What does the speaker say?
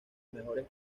mejores